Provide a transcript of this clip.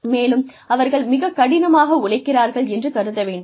மேலும் அவர்கள் மிகக் கடினமாக உழைக்கிறார்கள் என்று கருத வேண்டாம்